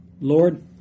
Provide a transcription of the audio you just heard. Lord